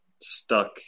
stuck